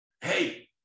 hey